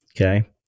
Okay